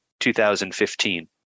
2015